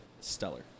stellar